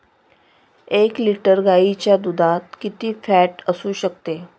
एक लिटर गाईच्या दुधात किती फॅट असू शकते?